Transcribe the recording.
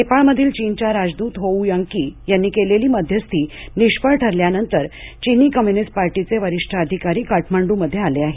नेपाळमधील चीनच्या राजदूत होऊ यांकी यांनी केलेली मध्यस्थी निष्फळ ठरल्यानंतर चिनी कम्यूनिस्ट पार्टीचे वरिष्ठ अधिकारी काठमांडूमध्ये आले आहेत